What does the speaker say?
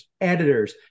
editors